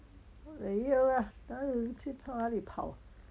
没有 lah 哪里人去跑哪里跑